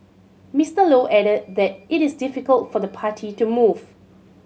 Mister Low added that it is difficult for the party to move